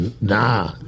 Nah